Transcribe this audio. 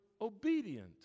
obedient